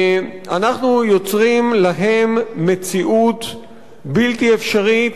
אנחנו יוצרים להם מציאות בלתי אפשרית.